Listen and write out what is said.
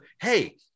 hey